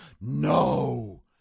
No